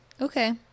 Okay